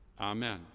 Amen